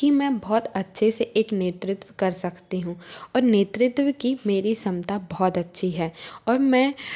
की मैं बहोत अच्छे से एक नेतृत्व कर सकती हूँ और नेतृत्व की मेरी क्षमता बहुत अच्छी है और मैं